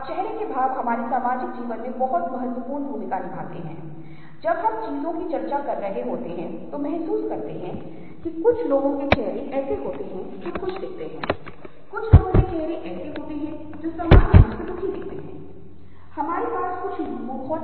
क्योंकि आज हमारे जीवन में आम तौर पर प्रकाश ऊपर से आता है और अगर प्रकाश ऊपर से आता है और यदि कोई वस्तु उत्तल है तो छाया उत्तल सतह के निचले भाग पर होगी और यदि वह अवतल है तो प्रकाश होगा हो सकता है प्रकाश निचले हिस्से में होगा और छाया ऊपरी हिस्से में होगी और उत्तल सतह पर प्रकाश ऊपरी हिस्से में होगा और छाया निचले हिस्से में होगी